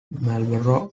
marlboro